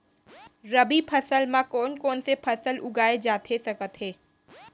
रबि फसल म कोन कोन से फसल उगाए जाथे सकत हे?